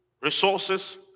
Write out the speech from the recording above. resources